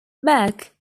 beck